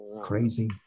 Crazy